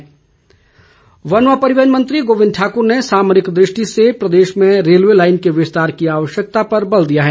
गोविंद वन व परिवहन मंत्री गोविंद ठाकर ने सामरिक दृष्टि से प्रदेश में रेलवे लाइन के विस्तार की आवश्यकता पर बल दिया है